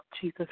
Jesus